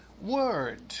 word